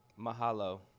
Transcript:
mahalo